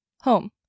home